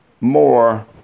more